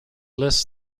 lists